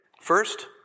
First